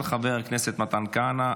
של חבר הכנסת מתן כהנא.